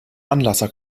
anlasser